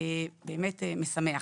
זה משמח.